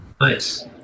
Nice